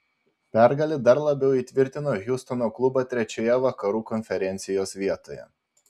pergalė dar labiau įtvirtino hjustono klubą trečioje vakarų konferencijos vietoje